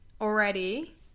already